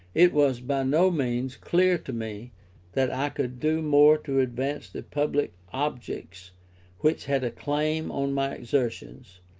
it was by no means clear to me that i could do more to advance the public objects which had a claim on my exertions,